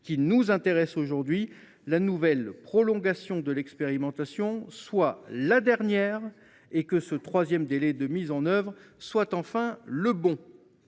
qui nous intéresse aujourd’hui, la nouvelle prolongation de l’expérimentation soit la dernière, que ce troisième délai de mise en œuvre soit enfin le bon.